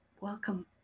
welcome